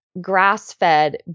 grass-fed